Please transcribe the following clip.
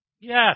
Yes